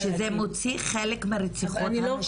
שזה מוציא חלק מהרציחות של נשים.